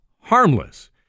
harmless